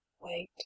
wait